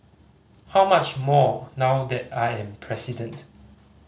how much more now that I am president